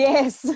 Yes